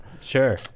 Sure